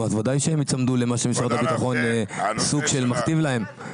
אז ודאי שהם ייצמדו למה שמשרד הביטחון סוג של מכתיב להם.